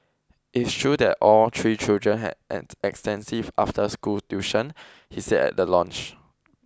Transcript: it's true that all three children had had extensive after school tuition he said at the launch